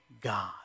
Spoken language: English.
God